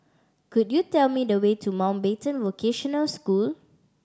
could you tell me the way to Mountbatten Vocational School